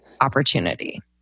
opportunity